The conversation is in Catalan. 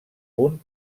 punt